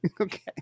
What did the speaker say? Okay